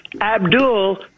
abdul